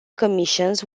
commissions